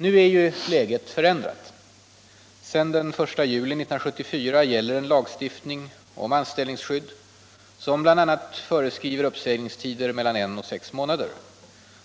Nu är läget förändrat. Sedan den 1 juli 1974 gäller en lagstiftning om anställningsskydd, som bl.a. föreskriver uppsägningstider mellan en och sex månader.